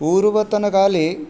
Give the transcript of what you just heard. पूर्वतनकाले